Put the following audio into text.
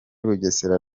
bugesera